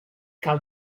cal